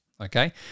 okay